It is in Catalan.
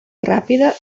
ràpida